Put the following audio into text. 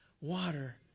water